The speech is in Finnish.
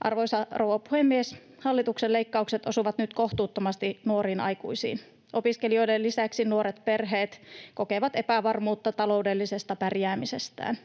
Arvoisa rouva puhemies! Hallituksen leikkaukset osuvat nyt kohtuuttomasti nuoriin aikuisiin. Opiskelijoiden lisäksi nuoret perheet kokevat epävarmuutta taloudellisesta pärjäämisestään.